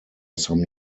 some